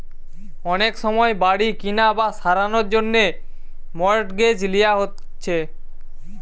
অনেক সময় বাড়ি কিনা বা সারানার জন্যে মর্টগেজ লিয়া হচ্ছে